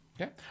Okay